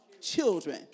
Children